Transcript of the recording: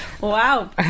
Wow